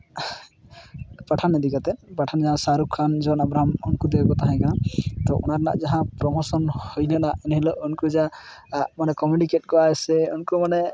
ᱯᱟᱴᱷᱟᱱ ᱤᱫᱤ ᱠᱟᱛᱮ ᱯᱟᱴᱷᱟᱱᱤᱭᱟ ᱥᱟᱨᱩᱠᱠᱷᱟᱱ ᱡᱚᱱ ᱟᱵᱨᱟᱦᱟᱢ ᱩᱱᱠᱩ ᱠᱚᱜᱮ ᱠᱚ ᱛᱟᱦᱮᱠᱟᱱᱟ ᱛᱚ ᱚᱱᱟ ᱨᱮᱱᱟᱜ ᱡᱟᱦᱟᱸ ᱯᱨᱳᱢᱳᱥᱚᱱ ᱦᱩᱭ ᱞᱮᱱᱟ ᱤᱱ ᱦᱤᱞᱳᱜ ᱩᱱᱠᱩ ᱡᱟ ᱢᱟᱱᱮ ᱠᱚᱢᱮᱰᱤ ᱠᱮᱫ ᱠᱚᱣᱟᱭ ᱥᱮ ᱩᱝᱠᱩ ᱢᱟᱱᱮ